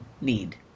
need